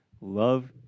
love